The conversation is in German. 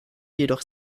jedoch